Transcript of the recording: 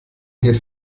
geht